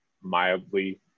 mildly